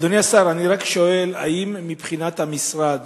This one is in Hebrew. אדוני השר, אני רק שואל: האם מבחינת המשרד